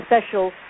special